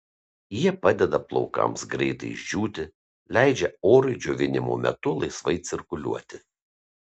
jie padeda plaukams greitai išdžiūti leidžia orui džiovinimo metu laisvai cirkuliuoti